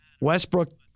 Westbrook